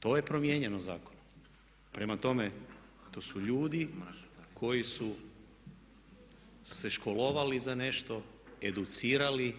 To je promijenjeno zakonom. Prema tome, to su ljudi koji su se školovali za nešto, educirali.